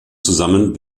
zusammen